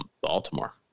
Baltimore